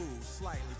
slightly